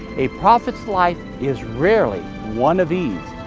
a prophet's life is rarely one of ease.